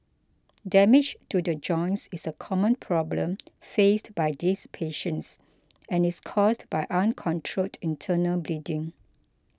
damage to the joints is a common problem faced by these patients and is caused by uncontrolled internal bleeding